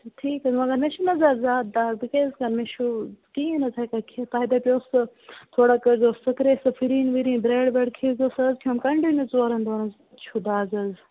اچھا ٹھیک حظ مگر مےٚ چھِنہٕ حظ یَتھ زیادٕ دَگ بہٕ کیاہ حظ کرٕ مےٚ چھُ کِہیٖنۍ حظ ہیکان کھیٚتھ تۄہہِ دَپیاوٕ سُہ تھوڑا کٔرزیِو سِپرے سُہ فِرِن وِرِن بریٚڑ ویڑ کھیٚزیٚو سُہ حظ کھیوٚوُم کَنٹِنِو ژورَن دوہَن چھِ دَگ حظ